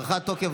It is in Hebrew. הארכת תוקף),